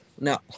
no